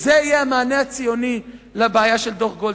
וזה יהיה המענה הציוני לבעיה של דוח גולדסטון.